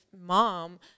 mom